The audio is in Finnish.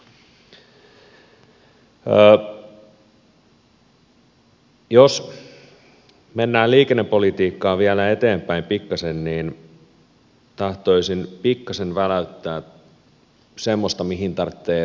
jos mennään liikennepolitiikkaa vielä eteenpäin pikkasen niin tahtoisin pikkasen väläyttää semmoista mihin täytyy varautua